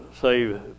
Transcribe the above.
save